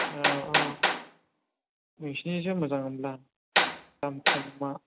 औ औ नोंसोरनिथिं मोजां होनब्ला दाम खमा